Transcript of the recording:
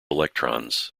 electrons